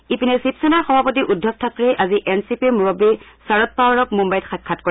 ইপিনে শিবসেনাৰ সভাপতি উদ্ধব ঠাকৰেই আজি এন চি পিৰ মুৰববী শৰদ পাৱাৰক মুঘ্বাইত সাক্ষাৎ কৰে